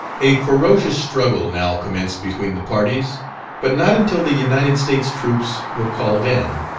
a ferocious struggle now commenced between the parties but not until the united states troops were called in,